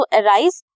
arise